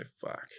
fuck